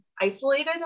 isolated